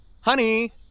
Honey